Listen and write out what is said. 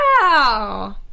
Wow